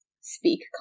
speak